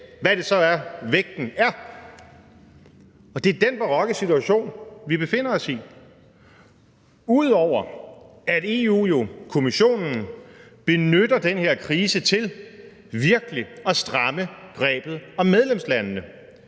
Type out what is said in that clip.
hvad det så er, vægten er. Det er den barokke situation, vi befinder os i – ud over at Europa-Kommissionen jo benytter den her krise til virkelig at stramme grebet om medlemslandene.